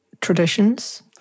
traditions